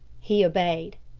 he obeyed.